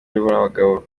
n’abagabo